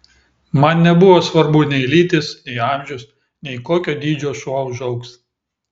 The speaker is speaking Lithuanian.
man nebuvo svarbu nei lytis nei amžius nei kokio dydžio šuo užaugs